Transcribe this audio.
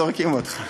זורקים אותך.